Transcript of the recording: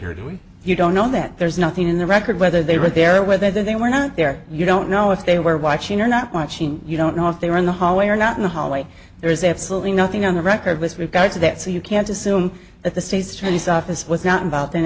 when you don't know that there's nothing in the record whether they were there or whether they were not there you don't know if they were watching or not watching you don't know if they were in the hallway or not in the hallway there is absolutely nothing on the record with regard to that so you can't assume that the state's attorney's office was not involved in